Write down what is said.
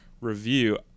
review